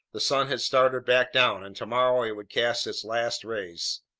the sun had started back down, and tomorrow it would cast its last rays.